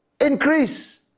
increase